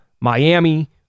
Miami